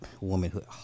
womanhood